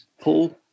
Paul